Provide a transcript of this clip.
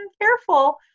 careful